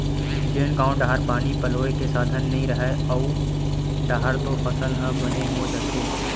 जेन गाँव डाहर पानी पलोए के साधन नइय रहय ओऊ डाहर तो फसल ह बने हो जाथे